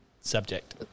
subject